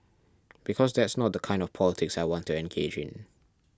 because that's not the kind of the politics I want to engage in